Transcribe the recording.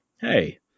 hey